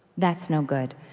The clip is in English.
that's no good.